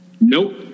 Nope